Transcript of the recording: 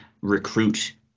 recruit